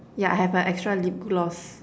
yeah I have a extra lip gloss